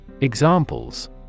Examples